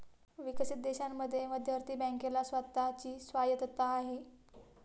विकसित देशांमध्ये मध्यवर्ती बँकेला स्वतः ची स्वायत्तता आहे